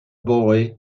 boy